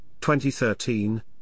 2013